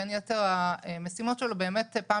בין יתר המשימות שלו באמת מסתובב פעם